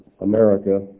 America